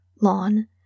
lawn